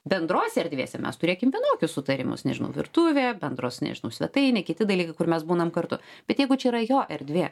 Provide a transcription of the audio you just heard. bendrose erdvėse mes turėkim vienokius sutarimus nežinau virtuvėje bendros nežinau svetainėj kiti dalykai kur mes būnam kartu bet jeigu čia yra jo erdvė